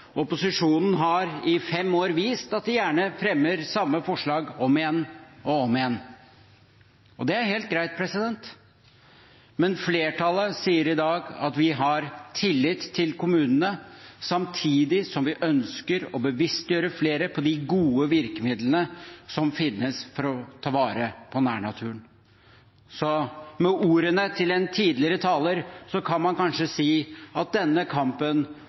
Opposisjonen har i fem år vist at de gjerne fremmer samme forslag om igjen og om igjen. Det er helt greit. Men flertallet sier i dag at vi har tillit til kommunene, samtidig som vi ønsker å bevisstgjøre flere på de gode virkemidlene som finnes for å ta vare på nærnaturen. Med ordene til en tidligere taler kan man kanskje si at denne kampen